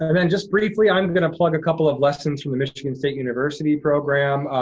i mean just briefly, i'm gonna plug a couple of lessons from the michigan state university program.